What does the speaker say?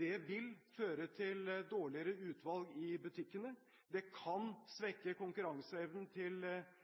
Det vil føre til dårligere utvalg i butikkene, det kan svekke konkurranseevnen til